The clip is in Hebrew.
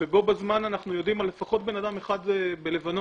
ובו בזמן אנחנו יודעים על לפחות אדם אחד בלבנון